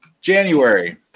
January